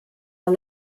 are